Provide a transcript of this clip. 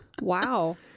wow